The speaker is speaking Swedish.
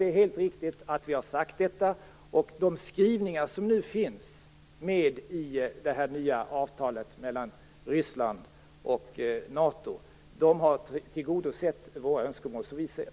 Det är helt riktigt att vi har sagt detta, och de skrivningar som finns i det nya avtalet mellan Ryssland och NATO har, som vi ser det, tillgodosett de svenska önskemålen.